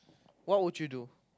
what would you do